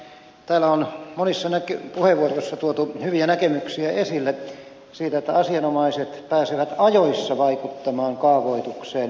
täällä on monissa puheenvuoroissa tuotu hyviä näkemyksiä esille siitä että asianomaiset pääsisivät ajoissa vaikuttamaan kaavoitukseen